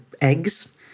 eggs